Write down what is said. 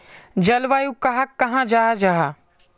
जलवायु कहाक कहाँ जाहा जाहा?